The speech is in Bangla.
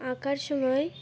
আঁকার সময়